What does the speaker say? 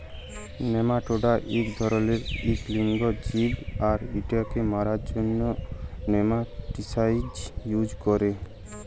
nematoda ইক ধরলের ইক লিঙ্গ জীব আর ইটকে মারার জ্যনহে নেমাটিসাইড ইউজ ক্যরে